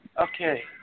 Okay